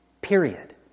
period